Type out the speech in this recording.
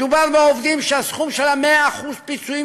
מדובר בעובדים שהסכום של 100% הפיצויים